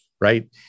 Right